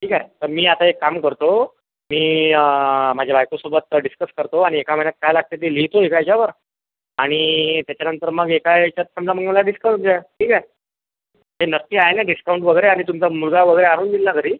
ठीक आहे तर मी आता एक काम करतो मी माझ्या बायकोसोबत डिस्कस करतो आणि एका महिन्यात काय लागते ते लिहितो एका याच्यावर आणि त्याच्यानंतर मग एका याच्यात समजा मी मला लिस्ट करून द्या ठीक आहे हे नक्की आहे ना डिस्काऊंट वगैरे आणि तुमचा मुलगा वगैरे आणून देईल ना घरी